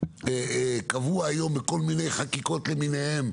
הפסולת קבעו היום בכל מיני חקיקות למיניהן,